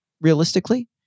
realistically